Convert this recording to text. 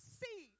see